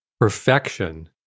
perfection